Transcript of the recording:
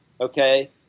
okay